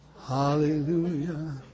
Hallelujah